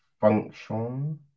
function